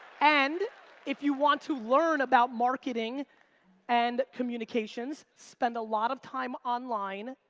and if you want to learn about marketing and communications, spend a lot of time online,